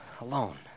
alone